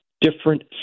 different